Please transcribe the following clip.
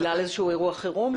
בגלל איזשהו אירוע חירום.